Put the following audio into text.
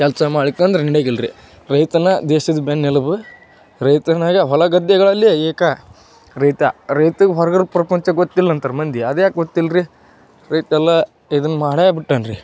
ಕೆಲಸ ಮಾಡಿಕಂದ್ರೆ ನಡಿಯಕ್ ಇಲ್ಲ ರಿ ರೈತನೇ ದೇಶದ ಬೆನ್ನೆಲುಬು ರೈತನಾಗ ಹೊಲ ಗದ್ದೆಗಳಲ್ಲಿ ಈಕ ರೈತ ರೈತಗೆ ಹೊರ್ಗಡೆ ಪ್ರಪಂಚ ಗೊತ್ತಿಲ್ಲ ಅಂತಾರೆ ಮಂದಿ ಅದ್ಯಾಕೆ ಗೊತ್ತಿಲ್ಲ ರೀ ರೈತೆಲ್ಲ ಇದನ್ನು ಮಾಡೇ ಬಿಟ್ಟಾನ್ ರೀ